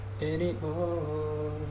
anymore